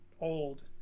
old